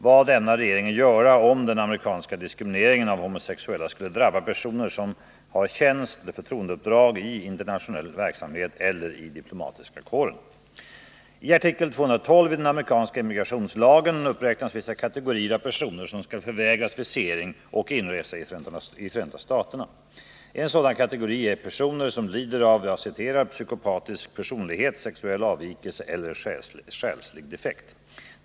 Vad ämnar regeringen göra om den amerikanska diskrimineringen av homosexuella skulle drabba personer som har tjänst eller förtroendeuppdrag i internationell verksamhet eller i diplomatiska kåren? I artikel 212 i den amerikanska immigrationslagen uppräknas vissa kategorier av personer som skall förvägras visering och inresa i Förenta staterna. En sådan kategori är ”personer som lider av psykopatisk personlighet, sexuell avvikelse eller själslig defekt”.